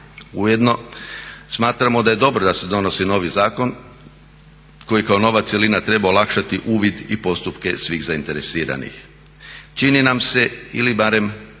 Ujedno smatramo da je dobro da se donosi novi zakon koji kao nova cjelina treba olakšati uvid i postupke svih zainteresiranih. Čini nam se ili barem